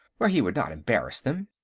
where he would not embarrass them.